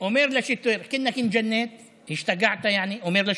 אומר לשוטר: (אומר בערבית